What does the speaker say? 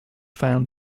found